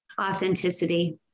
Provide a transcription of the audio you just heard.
Authenticity